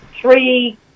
three